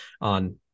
on